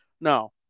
No